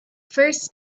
first